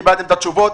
קיבלתם את התשובות.